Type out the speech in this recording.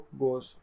goes